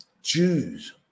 Jews